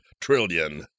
trillion